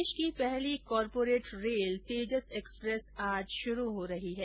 देश की पहली कॉर्पोरेट रेल तेजस एक्सप्रेस आज शुरू हो रही है